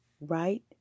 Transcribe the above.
right